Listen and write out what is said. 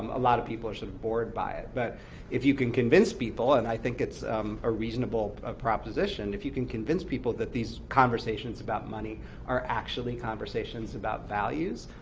a lot of people are bored by it. but if you can convince people and i think it's a reasonable proposition if you can convince people that these conversations about money are actually conversations about values,